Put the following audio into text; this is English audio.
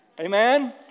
Amen